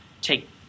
take